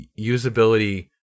usability